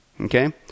okay